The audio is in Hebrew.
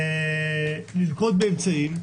לנקוט באמצעים,